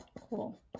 Cool